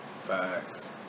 Facts